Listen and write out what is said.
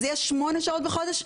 זה יהיה שמונה שעות בחודש?